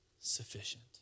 sufficient